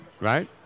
right